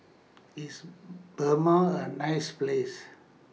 IS Burma A nice Place